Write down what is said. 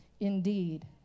Indeed